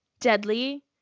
deadly